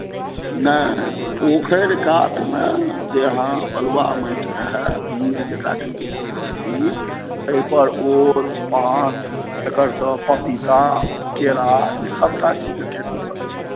नहि पोखरि कातमे जे अहाँ बलुआह माटि रहै भीर जकरा कहैत छै पोखरिके भीर ताहिपर ओल पान एकरसभक पपीता केरा ईसभटा चीजके खेती भऽ सकैए